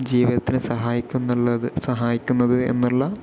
ജീവിതത്തില് സഹായിക്കുന്നൊള്ളത് സഹായിക്കുന്നത് എന്നുള്ള